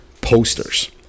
posters